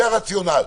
זה הרציונל.